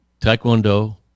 Taekwondo